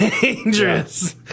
Dangerous